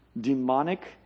demonic